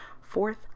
fourth